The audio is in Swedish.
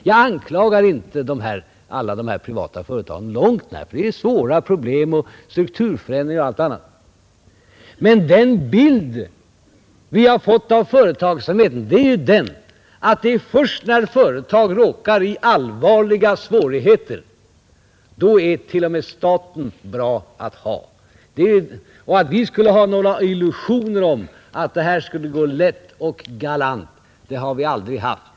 Jag anklagar inte alla de här privata företagen — långt därifrån — ty det är svåra problem och strukturförändringar och allt annat. Men den bild vi har fått av företagsamheten är ju den, att när företag råkar i allvarliga svårigheter, då — men först då — är t.o.m. staten bra att ha. Några illusioner om att det skulle gå lätt och galant med statlig företagsamhet, det har vi aldrig haft.